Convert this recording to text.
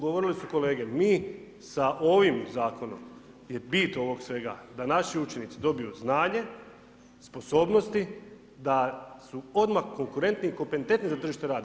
Govorili su kolege, mi sa ovim Zakonom, bit je ovog svega da naši učenici dobiju znanje, sposobnosti, da su odmah konkurentni i kompetentni za tržište rada.